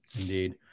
Indeed